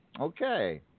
okay